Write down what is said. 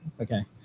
Okay